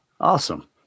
Awesome